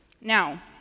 Now